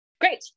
Great